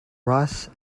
rice